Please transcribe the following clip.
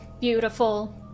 beautiful